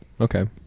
okay